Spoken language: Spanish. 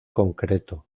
concreto